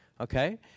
okay